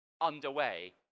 underway